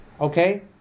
Okay